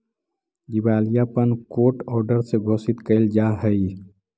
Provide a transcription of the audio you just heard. दिवालियापन court order से घोषित कैल जा हई